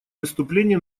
выступлении